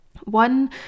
one